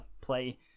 play